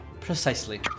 Precisely